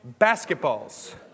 basketballs